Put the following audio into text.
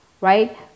right